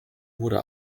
wurde